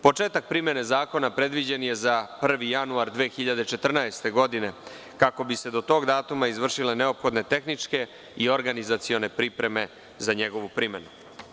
Početak primene zakona predviđen je za 1. januar 2014. godine, kako bi se do tog datuma izvršile neophodne tehničke i organizacione pripreme za njegovu primenu.